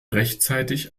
rechtzeitig